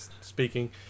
speaking